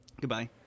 Goodbye